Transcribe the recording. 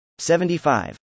75